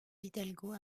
hidalgo